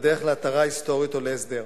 בדרך להתרה היסטורית או הסדר.